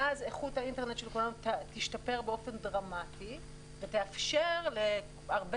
ואז איכות האינטרנט של כולם תשפר באופן דרמטי ותאפשר להרבה